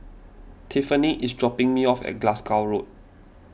Tiffanie is dropping me off at Glasgow Road